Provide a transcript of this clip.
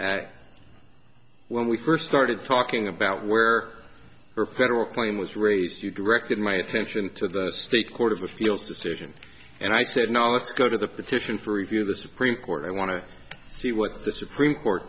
that when we first started talking about where her federal claim was raised you directed my attention to the state court of appeals decision and i said no let's go to the petition for review of the supreme court i want to see what the supreme court